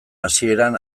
hasieran